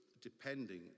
depending